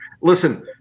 Listen